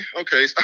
Okay